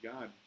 God